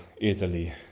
easily